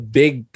big